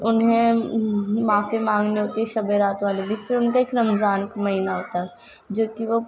انہیں معافی مانگنی ہوتی ہے شب رات والے دن پھر ان کا ایک رمضان کا مہینہ ہوتا ہے جو کہ وہ